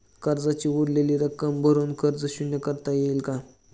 कर्जाची उरलेली रक्कम भरून कर्ज शून्य करता येईल का?